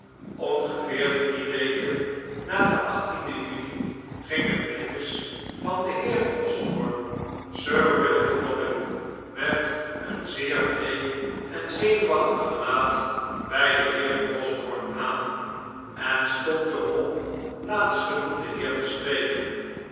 ongeveer drie weken na den juni gingen kennis van den heer osborne sir william dobbin met een zeer bleek en zenuwachtig gelaat bij den heer osborne aan en stond er op laatstgenoemden heer te spreken